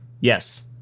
Yes